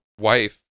wife